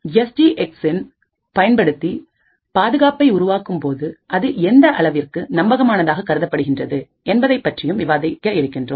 S G X பயன்படுத்தி பாதுகாப்பை உருவாக்கும்போது அது எந்த அளவிற்கு நம்பகமான தானாக கருதப்படுகின்றது என்பதைப் பற்றியும் விவாதிக்க இருக்கின்றோம்